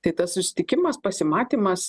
tai tas susitikimas pasimatymas